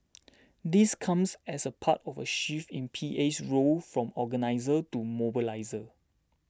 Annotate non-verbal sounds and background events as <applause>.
<noise> this comes as a part of a shift in PA's role from organiser to mobiliser